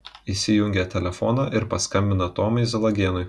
įsijungia telefoną ir paskambina tomui zalagėnui